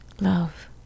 love